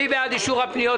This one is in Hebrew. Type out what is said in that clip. מי בעד אישור הפניות?